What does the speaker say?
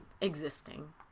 existing